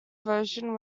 version